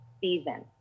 season